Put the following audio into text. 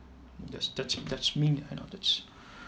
that's that's that's me I know that's